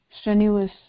strenuous